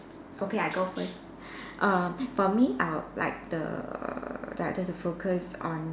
okay I go first err for me I'll like the director to focus on